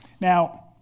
Now